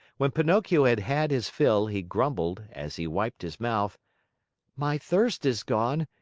when pinocchio had had his fill, he grumbled, as he wiped his mouth my thirst is gone.